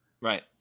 right